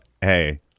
Hey